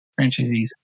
franchisees